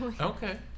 okay